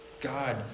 God